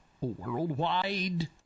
worldwide